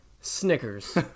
Snickers